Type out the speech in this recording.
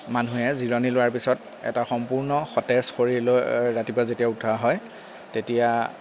মানুহে জিৰণি লোৱাৰ পিছত এটা সম্পূৰ্ণ সতেজ শৰীৰলৈ ৰাতিপুৱা যেতিয়া উঠা হয় তেতিয়া